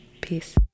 peace